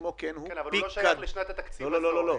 הוא לא שייך לשנת התקציב הזאת.